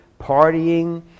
partying